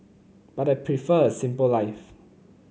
but I prefer a simple life